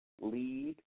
lead